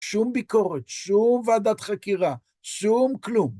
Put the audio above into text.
שום ביקורת, שום ועדת חקירה, שום כלום.